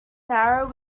narrow